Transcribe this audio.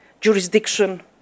jurisdiction